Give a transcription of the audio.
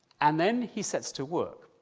and then he sets to work,